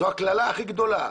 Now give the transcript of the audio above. זאת הקללה הכי גדולה.